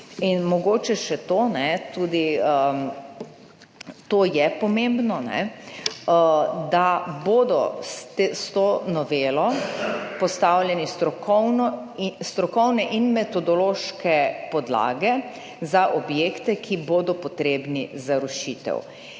In mogoče še to, tudi to je pomembno, da bodo s to novelo postavljene strokovne in metodološke podlage za objekte, ki bodo potrebni za rušitev.